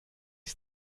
ist